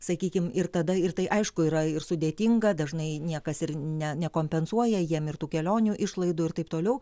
sakykim ir tada ir tai aišku yra ir sudėtinga dažnai niekas ir ne nekompensuoja jiem ir tų kelionių išlaidų ir taip toliau